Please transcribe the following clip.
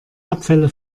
abfälle